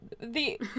The-